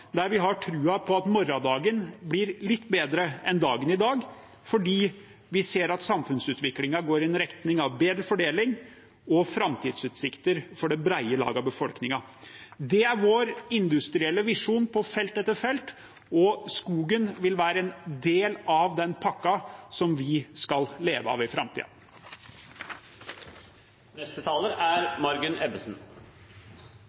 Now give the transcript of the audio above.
der vi har troen på at morgendagen blir litt bedre enn dagen i dag, fordi vi ser at samfunnsutviklingen går i retning av bedre fordeling og framtidsutsikter for det brede lag av befolkningen. Det er vår industrielle visjon på felt etter felt, og skogen vil være en del av den pakken som vi skal leve av i framtiden. At det går godt i hele Norge, er